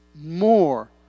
more